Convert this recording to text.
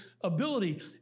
ability